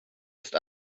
ist